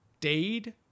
Dade